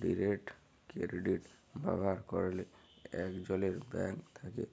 direct credit ব্যাভার ক্যরলে একজলের ব্যাংক থ্যাকে